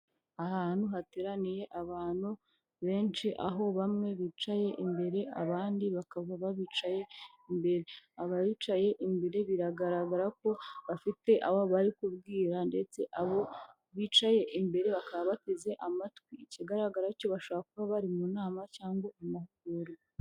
Ahantu hateraniye abantu benshi aho bamwe bicaye imbere abandi bakaba babicaye imbere, abicaye imbere biragaragara ko bafite abo bari kubwira ndetse abo bicaye imbere bakaba bateze amatwi, ikigaragara cyo bashobora kuba bari mu nama cyangwa amahugurwa.